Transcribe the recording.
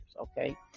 okay